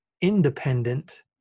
independent